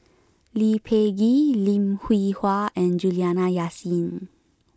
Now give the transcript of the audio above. Lee Peh Gee Lim Hwee Hua and Juliana Yasin